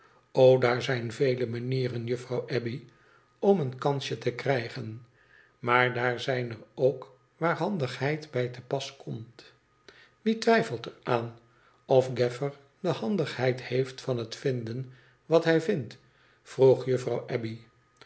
o daar zijn veel manieren juffrouw abbey om een kansje te krijgen maar daar zijn er ook waar handigheid bij te pas komt wie twijfelt er aan of gaffer de handigheid heeft van te vinden wat hij vindt vroeg juffrouw